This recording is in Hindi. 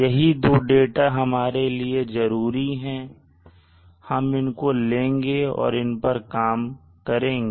यही दो डाटा हमारे लिए जरूरी हैं हम इनको लेंगे और इन पर काम करेंगे